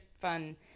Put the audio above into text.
fun